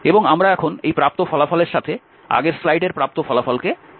এবং আমরা এখন এই প্রাপ্ত ফলাফলের সাথে আগের স্লাইডের প্রাপ্ত ফলাফলকে একত্রিত করব